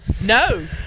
No